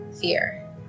fear